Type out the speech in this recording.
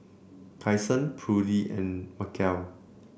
Kyson Prudie and Macel